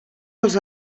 els